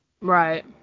right